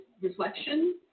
reflection